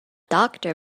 doctor